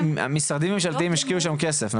--- המשרדים הממשלתיים השקיעו שם כסף,